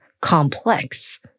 complex